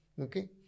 Okay